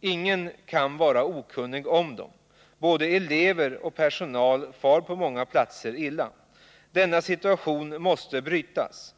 Ingen kan vara okunnig om dem. Både elever och personal far illa. Denna situation måste förändras.